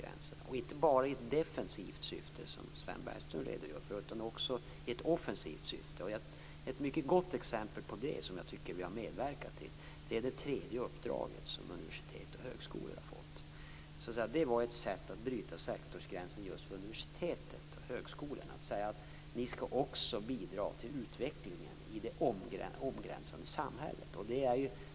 Detta skall inte bara ske i defensivt syfte, som Sven Bergström redogör för, utan också i ett offensivt syfte. Ett mycket gott exempel på detta, som jag tycker att vi har medverkat till, är det tredje uppdraget som universitet och högskolor har fått. Att säga att ni skall också bidra till utvecklingen i det omgränsande samhället var ett sätt att bryta sektorsgränsen just för universiteten och högskolorna.